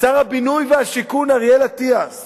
שר הבינוי והשיכון אריאל אטיאס